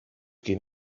give